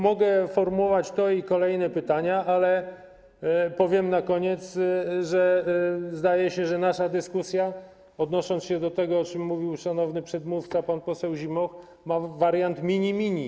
Mogę formułować kolejne pytania, ale powiem na koniec, że zdaje się, że nasza dyskusja - odnoszę się do tego, o czym mówił szanowny przedmówca, pan poseł Zimoch - jest w wariancie mini-mini.